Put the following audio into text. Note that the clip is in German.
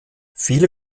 viele